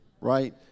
right